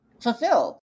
fulfilled